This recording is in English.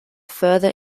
further